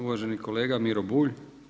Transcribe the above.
Uvaženi kolega Miro Bulj.